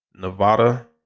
Nevada